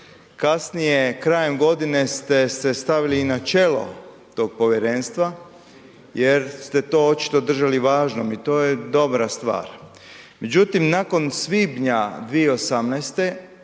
kasnije krajem godine ste se stavili i na čelo tog povjerenstva jer ste to očito držali važnom i to je dobra stvar. Međutim, nakon svibnja 2018.